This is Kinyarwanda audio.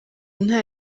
nta